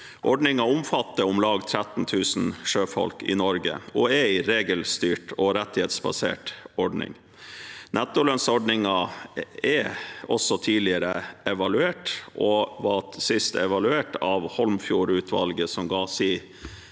Ordningen omfatter om lag 13 000 sjøfolk i Norge og er en regelstyrt og rettighetsbasert ordning. Nettolønnsordningen er også tidligere evaluert og var sist evaluert av Holmefjord-utvalget, som ga sin